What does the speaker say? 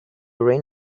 rain